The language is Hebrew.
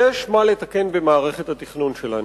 יש מה לתקן במערכת התכנון שלנו.